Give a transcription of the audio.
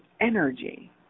energy